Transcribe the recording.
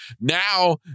Now